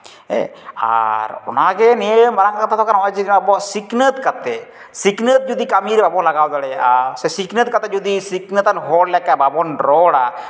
ᱦᱮᱸ ᱟᱨ ᱚᱱᱟᱜᱮ ᱱᱤᱭᱟᱹ ᱢᱟᱨᱟᱝ ᱠᱟᱛᱷᱟ ᱫᱚ ᱠᱟᱱᱟ ᱱᱚᱜᱼᱚᱭ ᱡᱮ ᱱᱚᱣᱟ ᱥᱤᱠᱷᱱᱟᱹᱛ ᱠᱟᱛᱮᱫ ᱥᱤᱠᱷᱱᱟᱹᱛ ᱡᱩᱫᱤ ᱠᱟᱹᱢᱤᱨᱮ ᱵᱟᱵᱚᱱ ᱞᱟᱜᱟᱣ ᱫᱟᱲᱮᱭᱟᱜᱼᱟ ᱥᱮ ᱥᱤᱠᱷᱱᱟᱹᱛ ᱠᱟᱛᱮᱫ ᱡᱩᱫᱤ ᱥᱤᱠᱷᱱᱟᱹᱛ ᱟᱱ ᱦᱚᱲ ᱞᱮᱠᱟ ᱵᱟᱵᱚᱱ ᱨᱚᱲᱟ